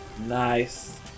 Nice